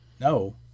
No